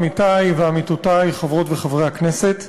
עמיתי ועמיתותי חברות וחברי הכנסת,